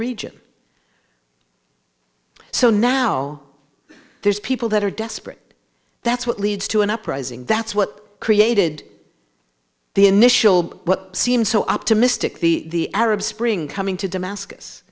region so now there's people that are desperate that's what leads to an uprising that's what created the initial what seemed so optimistic the arab spring coming to damascus